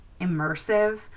immersive